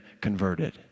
converted